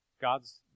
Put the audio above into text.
God's